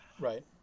right